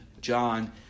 John